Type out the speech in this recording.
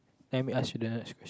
let me ask you the question